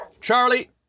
Charlie